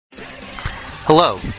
Hello